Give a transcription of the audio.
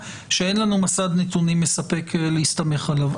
היא שאין לנו מסד נתונים מספק להסתמך עליו.